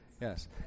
Yes